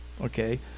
Okay